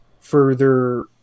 further